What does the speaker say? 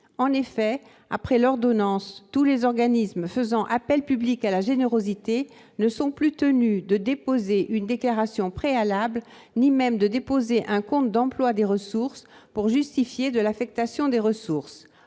termes de l'ordonnance, tous les organismes faisant appel public à la générosité ne sont plus tenus de déposer une déclaration préalable, ni même un compte d'emploi des ressources, pour justifier de l'affectation des ressources.